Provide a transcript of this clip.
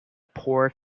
poor